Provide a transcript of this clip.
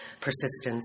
Persistence